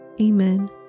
amen